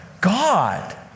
God